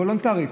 וולונטרית,